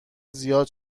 زیاد